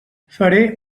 faré